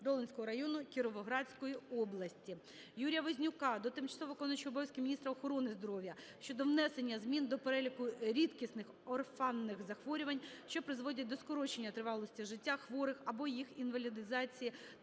Долинського району Кіровоградської області. Юрія Вознюка до тимчасово виконуючої обов'язки міністра охорони здоров'я щодо внесення змін до переліку рідкісних (орфанних) захворювань, що призводять до скорочення тривалості життя хворих або їх інвалідизації